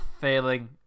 failing